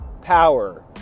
power